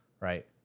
right